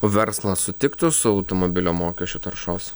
o verslas sutiktų su automobilio mokesčiu taršos